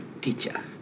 teacher